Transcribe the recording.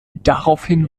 daraufhin